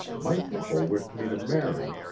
my people wished me to marry,